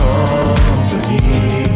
Company